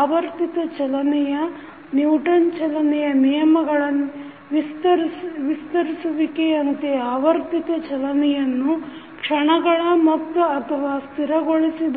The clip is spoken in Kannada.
ಆವರ್ತಿತ ಚಲನೆಗೆ ನಿವ್ಟನ್ ಚಲನೆಯ ನಿಯಮಗಳ ವಿಸ್ತರಿಸುವಿಕೆಯಂತೆ ಆವರ್ತಿತ ಚಲನೆಯನ್ನು ಕ್ಷಣಗಳ ಮೊತ್ತ ಅಥವಾ ಸ್ಥಿರಗೊಳಿಸಿದ